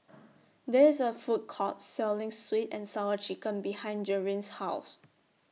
There IS A Food Court Selling Sweet and Sour Chicken behind Jerilyn's House